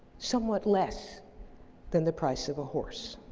somewhat less than the price of a horse.